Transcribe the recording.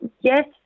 Yes